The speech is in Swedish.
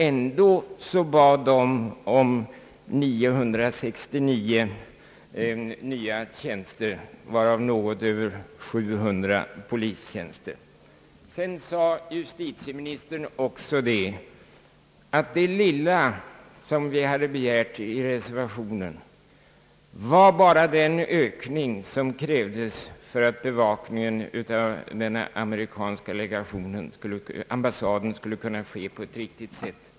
Ändå bad rikspolisstyrelsen om 969 nya tjänster, varav något över 700 polistjänster. Justitieministern sade också, att det lilla vi hade begärt i reservationen var bara den ökning som krävs för att be vakningen av den amerikanska ambassaden skulle kunna ske på ett riktigt sätt.